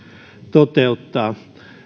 toteuttaa varmasti